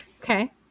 Okay